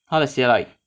他的鞋 like